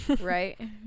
Right